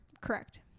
Correct